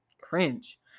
cringe